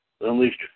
unleashed